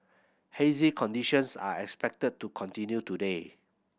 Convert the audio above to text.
hazy conditions are expected to continue today